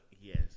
Yes